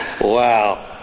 Wow